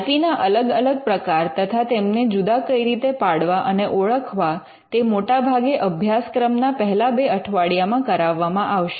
I P ના અલગ અલગ પ્રકાર તથા તેમને જુદા કઈ રીતે પાડવા અને ઓળખવા તે મોટાભાગે અભ્યાસક્રમના પહેલા બે અઠવાડિયામાં કરાવવામાં આવશે